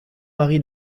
mari